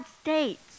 states